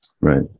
Right